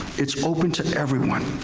it's open to everyone.